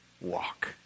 walk